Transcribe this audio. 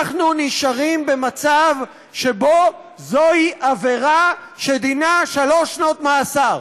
אנחנו נשארים במצב שבו זוהי עבירה שדינה שלוש שנות מאסר.